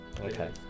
Okay